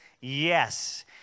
yes